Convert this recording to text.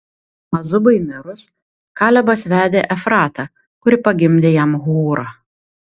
azubai mirus kalebas vedė efratą kuri pagimdė jam hūrą